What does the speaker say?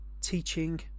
teaching